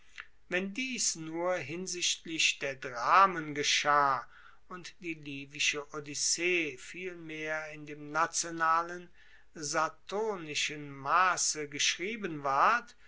wenn dies nur hinsichtlich der dramen geschah und die livische odyssee vielmehr in dem nationalen saturnischen masse geschrieben ward